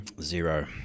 Zero